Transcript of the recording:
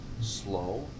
slow